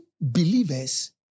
believers